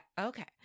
Okay